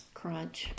crunch